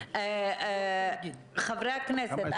חברי הכנסת,